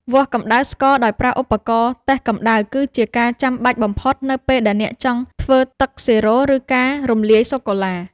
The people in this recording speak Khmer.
វាស់កម្ដៅស្ករដោយប្រើឧបករណ៍តេស្តកម្ដៅ គឺជាការចាំបាច់បំផុតនៅពេលដែលអ្នកចង់ធ្វើទឹកស៊ីរ៉ូ ឬការរំលាយសូកូឡា។